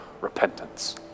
Repentance